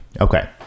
Okay